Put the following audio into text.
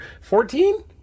Fourteen